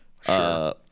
Sure